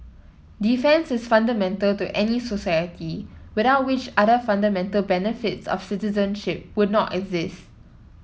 defence is fundamental to any society without which other fundamental benefits of citizenship would not exist